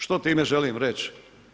Što time želim reći?